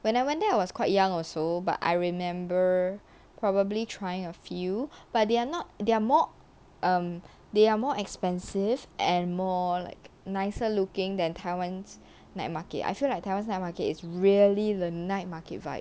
when I went there I was quite young also but I remember probably trying a few but they are not they are more err they are more expensive and more like nicer looking than taiwan's night market I feel like terrace 那么 market is really the night market right